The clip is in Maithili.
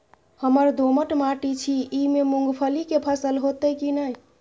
हमर दोमट माटी छी ई में मूंगफली के फसल होतय की नय?